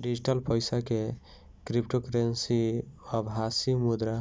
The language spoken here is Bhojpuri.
डिजिटल पईसा में क्रिप्टोकरेंसी, आभासी मुद्रा